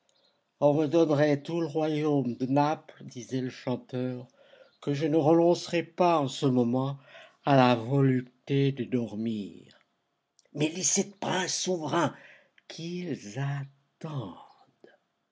on me donnerait tout le royaume de naples disait le chanteur que je ne renoncerais pas en ce moment à la volupté de dormir mais les sept princes souverains qu'ils attendent